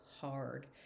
hard